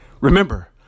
Remember